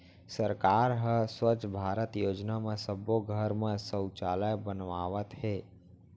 सरकार ह स्वच्छ भारत योजना म सब्बो घर म सउचालय बनवावत हे